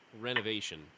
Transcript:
renovation